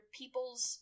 people's